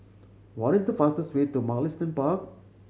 what is the fastest way to Mugliston Park